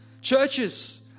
Churches